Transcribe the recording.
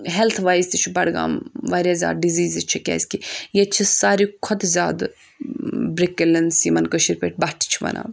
health wise تہِ چھُ بَڈگام واریاہ زیادٕ ڈِزیٖزِز چھِ کیٛازِکہِ ییٚتہِ چھِ ساروی کھۄتہٕ زیادٕ برِٛک کٕلَنٕس یِمَن کٲشِر پٲٹھۍ بَٹھہٕ چھِ وَنان